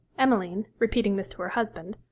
emmeline, repeating this to her husband,